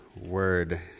word